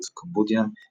לאוס וקמבודיה,